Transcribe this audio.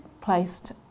placed